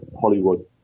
Hollywood